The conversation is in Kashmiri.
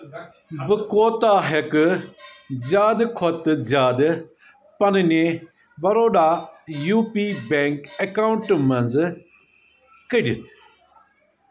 بہٕ کوٗتاہ ہٮ۪کہٕ زیادٕ کھۄتہٕ زیادٕ پنٛنہِ Baroda U P bank account منٛز کٔڑِتھ